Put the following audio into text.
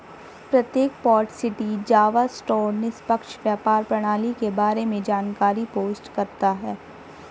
प्रत्येक port city Java store निष्पक्ष व्यापार प्रणाली के बारे में जानकारी पोस्ट करता है